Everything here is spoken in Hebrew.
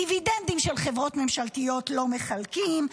דיבידנדים של חברות ממשלתיות לא מחלקים.